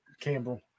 Campbell